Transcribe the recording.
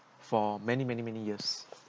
for many many many years